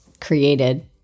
created